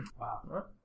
Wow